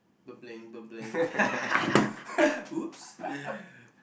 ba bling ba bling !oops!